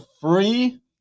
free